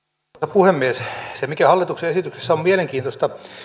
puhemies se mikä hallituksen esityksessä on mielenkiintoista on